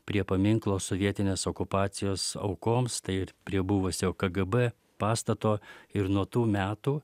prie paminklo sovietinės okupacijos aukoms ir prie buvusio kgb pastato ir nuo tų metų